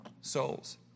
souls